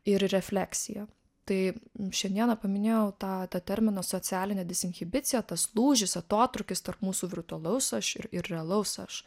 ir refleksija tai šiandieną paminėjau tą tą terminą socialinė disinhibicija tas lūžis atotrūkis tarp mūsų virtualaus aš ir ir realaus aš